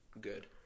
good